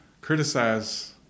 criticize